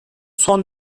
son